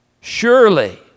Surely